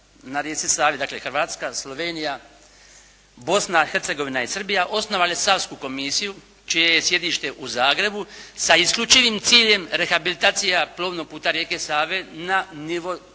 na rijeci Savi, dakle Hrvatska, Slovenija, Bosna i Hercegovina, Srbija osnovale Savsku komisiju čije je sjedište u Zagrebu sa isključivim ciljem rehabilitacija plovnog puta rijeke Save na nivo